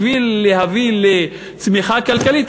בשביל להביא לצמיחה כלכלית,